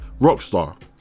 Rockstar